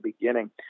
beginning